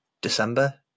December